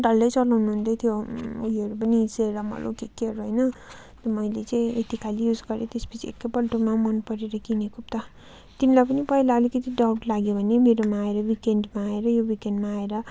डल्लै चलाउनु हुँदै थियो उयोहरू पनि सेरमहरू के केहरू होइन मैले चाहिँ यति खालि युज गरेँ त्यस पछि एकपल्टमा मन परेर किनेको पो त तिमीलाई पनि पहिला अलिकति डाउट लाग्यो भने मेरोमा आएर विकेन्डमा आएर यो विकेन्डमा आएर